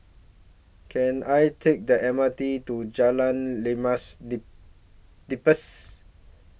Can I Take The M R T to Jalan Limau Nipis